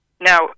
Now